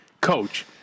coach